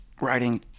writing